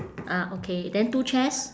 uh okay then two chairs